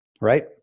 Right